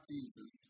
Jesus